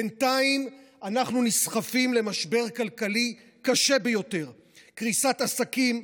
בינתיים אנחנו נסחפים למשבר כלכלי קשה ביותר: קריסת עסקים,